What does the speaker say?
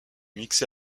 mixé